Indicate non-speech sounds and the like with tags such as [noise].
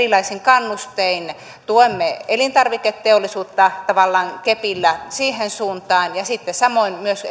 erilaisin kannustein tuemme elintarviketeollisuutta tavallaan kepillä siihen suuntaan sitten samoin myös [unintelligible]